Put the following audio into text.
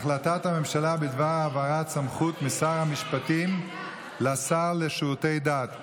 החלטת הממשלה בדבר העברת סמכות שר המשפטים לשר לשירותי דת.